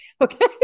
okay